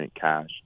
cash